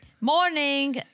Morning